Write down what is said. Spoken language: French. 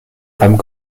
femmes